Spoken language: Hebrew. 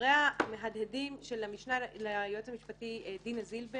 ודבריה של המשנה ליועץ המשפטי דינה זילבר